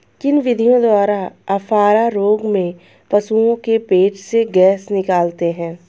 किन विधियों द्वारा अफारा रोग में पशुओं के पेट से गैस निकालते हैं?